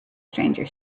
stranger